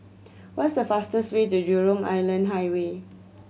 what's the fastest way to Jurong Island Highway